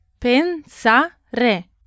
Pensare